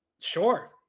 Sure